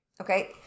okay